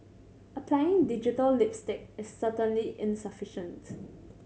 applying digital lipstick is certainly insufficient's